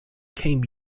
came